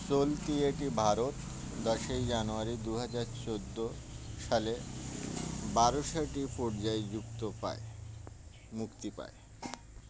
সন্তি এটি ভারত দশই জানুয়ারি দু হাজার চোদ্দো সালে বারোশোটি পর্যায়ে যুক্ত পায় মুক্তি পায়